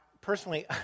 personally